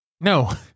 No